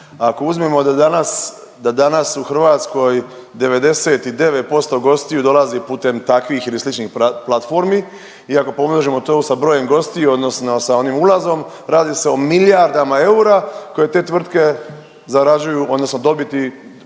da danas, da danas u Hrvatskoj 99% gostiju dolazi putem takvih ili sličnih platformi i ako pomnožimo to sa brojem gostiju odnosno sa onim ulazom, radi se o milijardama eura koje te tvrtke zarađuju odnosno dobiti